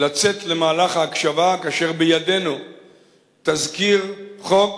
לצאת למהלך ההקשבה כאשר בידינו תזכיר חוק